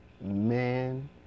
Man